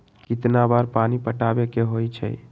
कितना बार पानी पटावे के होई छाई?